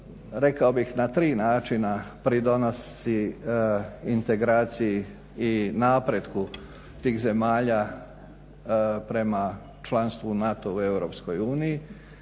rekao bi na tri načina pridonosi integraciji i napretku i zemalja prema članstvu u NATO-u i